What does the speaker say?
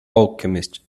alchemist